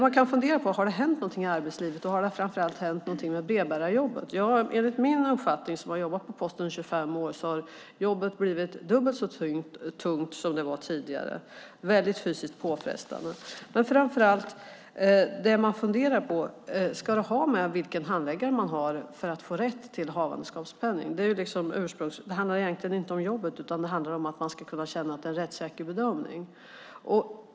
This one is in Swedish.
Man kan fundera på om det har hänt någonting i arbetslivet. Och framför allt: Har det hänt någonting med brevbärarjobbet? Jag har jobbat på Posten i 25 år, och enligt min uppfattning har jobbet blivit dubbelt så tungt som det var tidigare. Det är väldigt fysiskt påfrestande. Det man framför allt funderar på är om rätten till havandeskapspenning ska ha att göra med vilken handläggare man har. Det är ursprungsfrågan. Det handlar egentligen inte om jobbet utan om att man ska kunna känna att det är en rättssäker bedömning.